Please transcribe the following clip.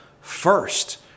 first